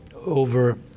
over